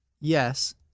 yes